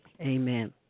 Amen